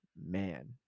Man